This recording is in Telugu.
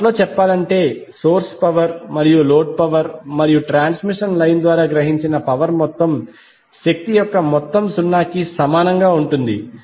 ఒక్కమాటలో చెప్పాలంటే సోర్స్ పవర్ మరియు లోడ్ పవర్ మరియు ట్రాన్స్మిషన్ లైన్ ద్వారా గ్రహించిన పవర్ మొత్తం శక్తి యొక్క మొత్తం 0 కి సమానంగా ఉంటుంది